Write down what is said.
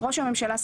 ראש הממשלה,